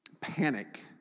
Panic